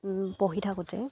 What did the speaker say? পঢ়ি থাকোঁতে